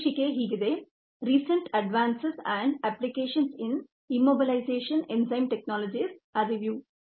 ಶೀರ್ಷಿಕೆ ಹೀಗಿದೆ recent advances and applications in immobilization enzyme technologies a review recent advances and applications in immobilization enzyme technologies a review